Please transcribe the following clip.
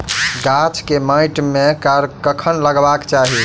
गाछ केँ माइट मे कखन लगबाक चाहि?